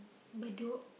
Bedok